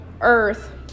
earth